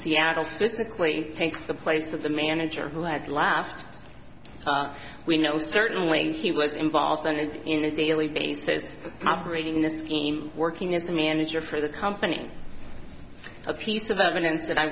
seattle physically takes the place of the manager who had laughed we know certainly he was involved and it's in a daily basis operating in this scheme working as a manager for the company a piece of evidence that i